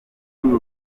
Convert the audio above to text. kuri